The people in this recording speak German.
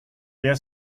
der